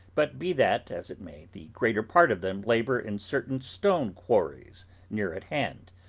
but be that as it may, the greater part of them labour in certain stone-quarries near at hand.